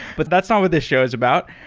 but that's not what this show is about.